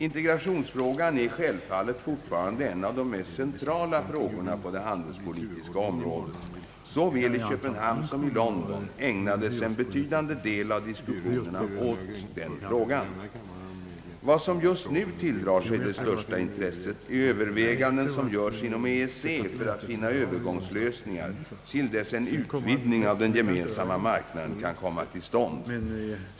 Integrationsfrågan är självfallet fortfarande en av de mest centrala frågorna på det handelspolitiska området. Såväl i Köpenhamn som i London ägnades en betydande del av diskussionerna åt den frågan. Vad som just nu tilldrar sig det största intresset är de överväganden som görs inom EEC för att finna övergångslösningar till dess en utvidgning av Den gemensamma marknaden kan komma till stånd.